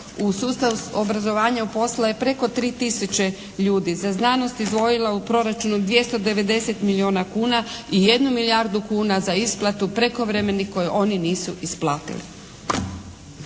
U sustav obrazovanja uposlila je preko 3000 ljudi. Za znanost izdvojila je u proračunu 290 milijuna kuna i jednu milijardu kuna za isplatu prekovremenih koje oni nisu isplatili.